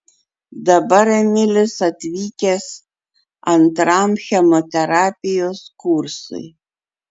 dabar emilis atvykęs antram chemoterapijos kursui